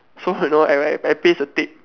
so I know I write I paste the tape